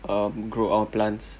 um grow our plants